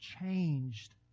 changed